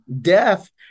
deaf